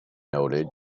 noted